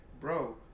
bro